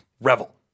revel